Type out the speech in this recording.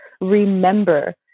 remember